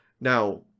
now